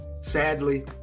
Sadly